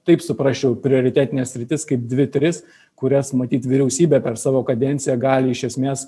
taip suprasčiau prioritetines sritis kaip dvi tris kurias matyt vyriausybė per savo kadenciją gali iš esmės